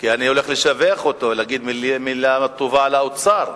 כי אני הולך לשבח אותו, להגיד מלה טובה על האוצר.